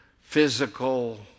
physical